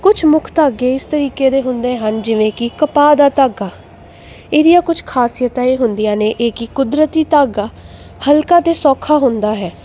ਕੁਛ ਮੁੱਖ ਧਾਗੇ ਇਸ ਤਰੀਕੇ ਦੇ ਹੁੰਦੇ ਹਨ ਜਿਵੇਂ ਕਿ ਕਪਾਹ ਦਾ ਧਾਗਾ ਇਹਦੀਆਂ ਕੁਛ ਖ਼ਾਸੀਅਤਾਂ ਇਹ ਹੁੰਦੀਆਂ ਨੇ ਇਹ ਕਿ ਕੁਦਰਤੀ ਧਾਗਾ ਹਲਕਾ ਅਤੇ ਸੌਖਾ ਹੁੰਦਾ ਹੈ